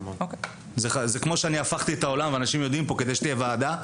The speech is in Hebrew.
זה כמו שהפכתי את העולם כדי שתהיה ועדה.